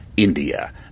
India